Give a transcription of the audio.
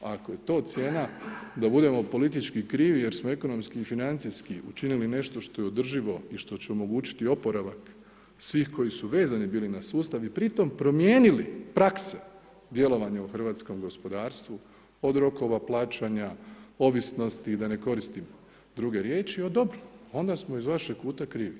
Ako je to cijena da budemo politički krivi, jer smo ekonomski i financijski učinili nešto što je održivo i što će omogućiti oporavak svih koji su vezani bili na sustav i pri tome promijenili prakse djelovanja u hrvatskom gospodarstvu od rokova plaćanja, ovisnosti i da ne koristim dr. riječi, dobro, onda smo iz vašeg kuta krivi.